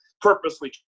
purposely